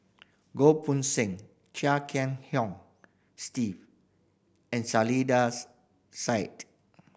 Goh Poh Seng Chia Kiah Hong Steve and Saiedah's Side